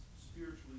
spiritually